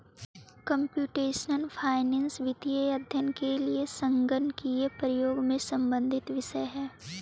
computational finance वित्तीय अध्ययन के लिए संगणकीय प्रयोग से संबंधित विषय है